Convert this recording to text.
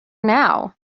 now